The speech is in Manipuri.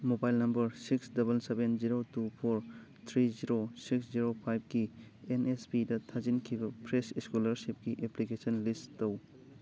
mobile number six double seven zero two four three zero six zero ꯐꯥꯏꯕꯀꯤ ꯑꯦꯟ ꯑꯦꯁ ꯄꯤꯗ ꯊꯥꯖꯤꯟꯈꯤꯕ ꯐ꯭ꯔꯦꯁ ꯏꯁꯀꯣꯂꯔꯁꯤꯞꯀꯤ ꯑꯦꯄ꯭ꯂꯤꯀꯦꯁꯟ ꯂꯤꯁ ꯇꯧ